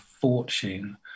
fortune